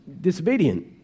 disobedient